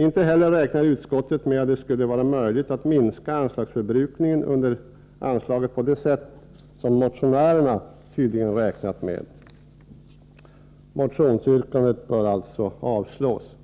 Inte heller räknar utskottet med att det skulle vara möjligt att minska anslagsförbrukningen under anslaget på det sätt som motionärerna tydligen räknar med. Motionsyrkandet bör alltså avslås.